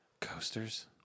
Coasters